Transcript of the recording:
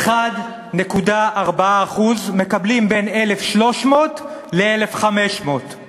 1.4% מקבלים בין 1,300 ל-1,500;